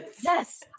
Yes